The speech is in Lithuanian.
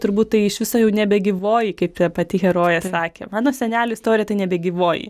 turbūt tai iš viso jau nebegyvoji kaip pati herojė sakė mano senelio istorija tai nebegyvoji